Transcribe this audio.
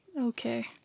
okay